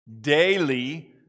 daily